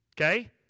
Okay